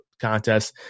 contest